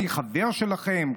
אני חבר שלכם,